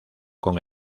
con